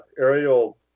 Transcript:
aerial